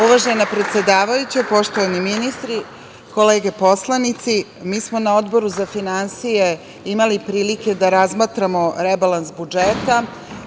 Uvažena predsedavajuća, poštovani ministri, kolege poslanici, mi smo na Odboru za finansije imali prilike da razmatramo rebalans budžeta,